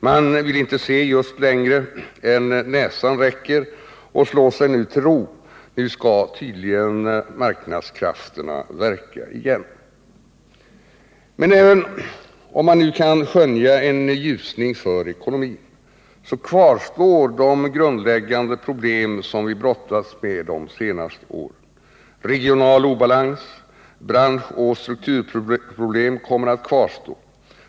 Man vill inte se just längre än näsan räcker och slår sig till ro. Nu skall tydligen marknadskrafterna verka igen. Men även om man nu kan skönja en ljusning för ekonomin, så kvarstår de grundläggande problem som vi brottats med de senaste åren. Regional obalans, branschoch strukturproblem kommer att kvarstå.